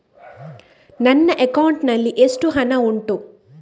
ನನ್ನ ಅಕೌಂಟ್ ನಲ್ಲಿ ಎಷ್ಟು ಹಣ ಉಂಟು?